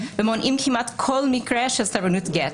ומונעים כמעט כל מקרה של סרבנות גט.